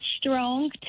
strong